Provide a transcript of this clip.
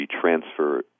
transfer